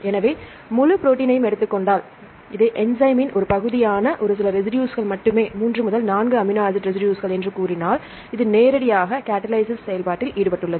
எனவே முழு ப்ரோடீன்னையும் எடுத்துக் கொண்டால் இந்த என்சைம்மின் ஒரு பகுதியான ஒரு சில ரெசிடுஸ் மட்டுமே 3 முதல் 4 அமினோ ஆசிட் ரெசிடுஸ்கள் என்று கூறினால் இது நேரடியாக கடலிசிஸ் செயல்பாட்டில் ஈடுபட்டுள்ளது